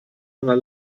einer